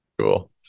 Cool